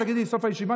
תגידי בסוף הישיבה,